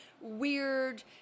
weird